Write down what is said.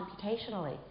computationally